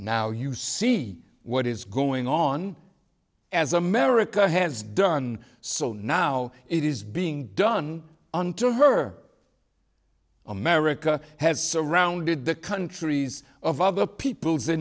now you see what is going on as america has done so now it is being done unto her america has surrounded the countries of other peoples the